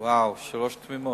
תמימות.